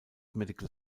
medical